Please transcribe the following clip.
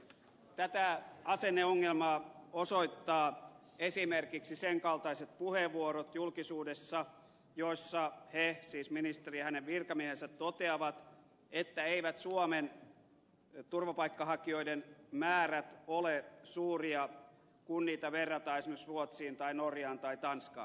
tätä asenneongelmaa osoittavat esimerkiksi sen kaltaiset puheenvuorot julkisuudessa joissa he siis ministeri ja hänen virkamiehensä toteavat että eivät suomen turvapaikanhakijoiden määrät ole suuria kun niitä verrataan esimerkiksi ruotsiin tai norjaan tai tanskaan